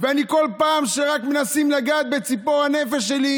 וכל פעם שרק מנסים לגעת בציפור הנפש שלי,